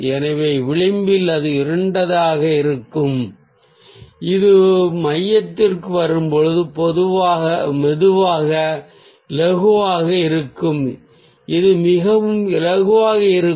எனவே விளிம்பில் அது இருண்டதாக இருக்கும் இது மையத்திற்கு வரும்போது மெதுவாக இலகுவாக இருக்கும் இது மிகவும் இலகுவாக இருக்கும்